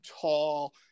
tall